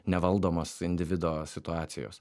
nevaldomos individo situacijos